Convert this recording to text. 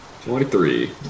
Twenty-three